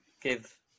give